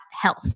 health